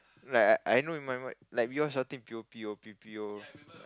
like I I know in my mind like we all shouting p o p o p p o